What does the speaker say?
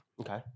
Okay